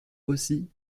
aussi